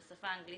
בשפה האנגלית,